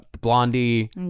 Blondie